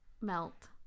melt